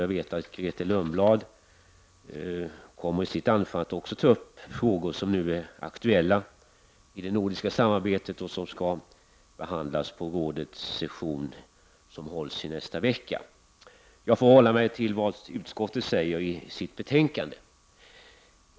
Grethe Lundblad kommer att i sitt anförande ta upp en del frågor som nu är aktuella i det nordiska samarbetet och som skall behandlas på rådets session i nästa vecka. Jag håller mig till det som sägs i utskottets betänkande.